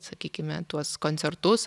sakykime tuos koncertus